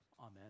Amen